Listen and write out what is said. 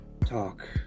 talk